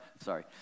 sorry